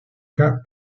cas